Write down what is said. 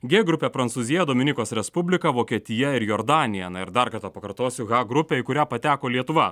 g grupė prancūzija dominikos respublika vokietija ir jordanija na ir dar kartą pakartosiu h grupė į kurią pateko lietuva